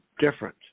different